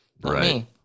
Right